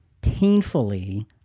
painfully